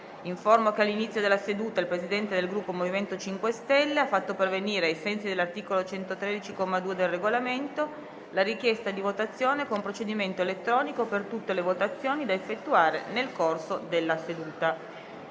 che all'inizio della seduta il Presidente del Gruppo MoVimento 5 Stelle ha fatto pervenire, ai sensi dell'articolo 113, comma 2, del Regolamento, la richiesta di votazione con procedimento elettronico per tutte le votazioni da effettuare nel corso della seduta.